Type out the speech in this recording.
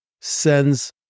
sends